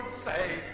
say.